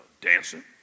dancing